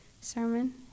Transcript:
sermon